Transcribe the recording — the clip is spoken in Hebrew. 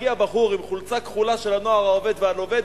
מגיע בחור עם חולצה כחולה של "הנוער העובד והלומד",